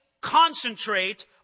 concentrate